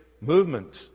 movement